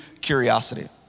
curiosity